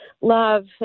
love